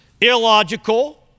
Illogical